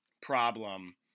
problem